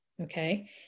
okay